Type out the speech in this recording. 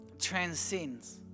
transcends